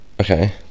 okay